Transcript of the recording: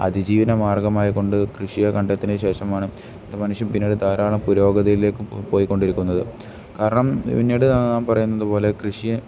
അതിജീവന മാർഗ്ഗമായിക്കൊണ്ട് കൃഷിയെ കണ്ടെത്തിയതിന് ശേഷമാണ് ഇ മനുഷ്യൻ പിന്നീട് ധാരാളം പുരോഗതിയിലേക്ക് പോയിക്കൊണ്ടിരിക്കുന്നത് കാരണം പിന്നീട് ഞാൻ പറയുന്നതു പോലെ കൃഷിയെ